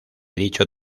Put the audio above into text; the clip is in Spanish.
dicho